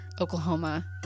Oklahoma